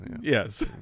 Yes